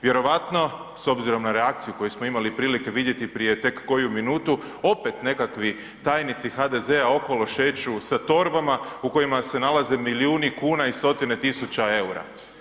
Vjerojatno s obzirom na reakciju koje smo imali prilike vidjeti prije tek koju minutu, opet nekakvi tajnici HDZ-a okolo šeću sa torbama u kojima se nalaze milijuni kuna i stotine tisuće eura.